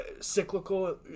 cyclical